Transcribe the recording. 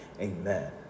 Amen